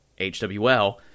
HWL